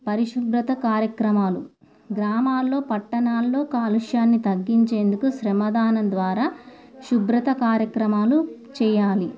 పరిశుభ్రత కార్యక్రమాలు గ్రామాల్లో పట్టణాల్లో కాలుష్యాన్ని తగ్గించేందుకు శ్రమదానం ద్వారా శుభ్రత కార్యక్రమాలు చేయాలి